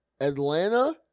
Atlanta